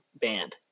band